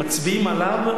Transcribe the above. מצביעים עליו,